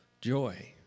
joy